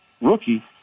rookie